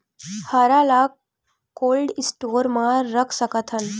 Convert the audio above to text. हरा ल cold store म रख सकथन?